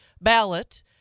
ballot